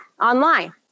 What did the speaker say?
online